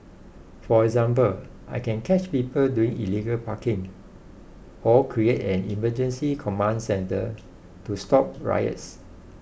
for example I can catch people doing illegal parking or create an emergency command centre to stop riots